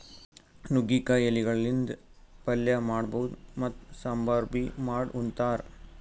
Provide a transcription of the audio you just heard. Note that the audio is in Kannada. ನುಗ್ಗಿಕಾಯಿ ಎಲಿಗಳಿಂದ್ ಪಲ್ಯ ಮಾಡಬಹುದ್ ಮತ್ತ್ ಸಾಂಬಾರ್ ಬಿ ಮಾಡ್ ಉಂತಾರ್